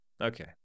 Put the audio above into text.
Okay